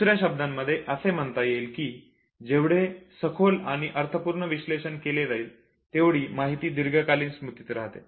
दुसऱ्या शब्दांमध्ये असे म्हणता येईल की जेवढे सखोल आणि अर्थपूर्ण विश्लेषण केले जाईल तेवढी माहिती दीर्घकालीन स्मृतीत राहते